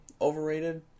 overrated